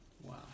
Wow